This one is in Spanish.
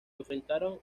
enfrentaron